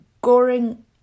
Goring